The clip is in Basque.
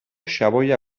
xaboia